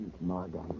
Morgan